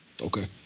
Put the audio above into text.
Okay